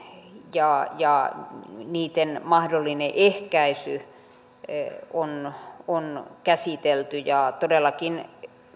ja ja niitten mahdollinen ehkäisy on on käsitelty tarkastusvaliokuntahan todellakin